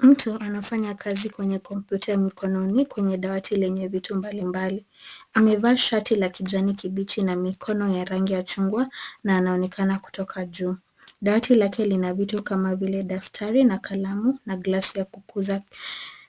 Mtu anafanya kazi kwenye kompyuta ya mkononi kwenye dawati lenye vitu mbalimbali. Amevaa shati la kijani kibichi na mikono ya rangi ya chungwa na anaonekana kutoka juu. Dawati lake lina vitu kama vile daftari na kalamu na glasi ya kukuza,